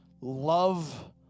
Love